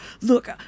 look